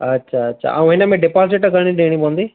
अछा अछा ऐं हिन में डिपोज़िट घणी ॾियणी पवंदी